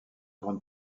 grande